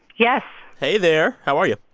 yeah hey, there. how are you?